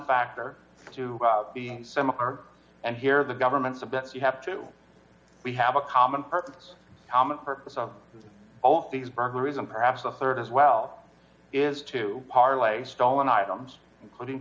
factor to be similar and here the government the best you have to we have a common purpose common purpose of both these burglaries and perhaps the rd as well is to parlay stolen items including